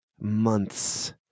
months